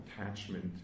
attachment